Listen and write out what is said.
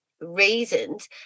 reasons